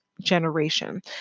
generation